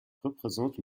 représente